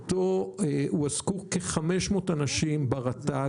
במסגרת הפיילוט הועסקו כ-500 אנשים ברשות הטבע